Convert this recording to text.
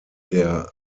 der